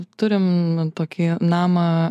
turim tokį namą